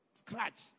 scratch